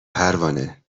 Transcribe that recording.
پروانه